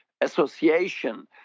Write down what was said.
Association